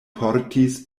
portis